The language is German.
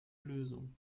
lösung